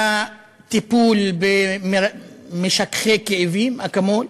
היה טיפול במשככי כאבים, אקמול.